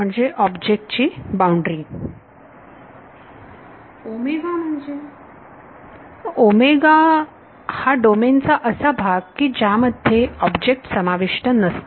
म्हणजे ऑब्जेक्ट ची बाउंड्री विद्यार्थी म्हणजे तर हा डोमेन चा असा भाग की ज्यामध्ये ऑब्जेक्ट समाविष्ट नसते